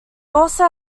also